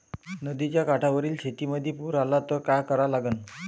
नदीच्या काठावरील शेतीमंदी पूर आला त का करा लागन?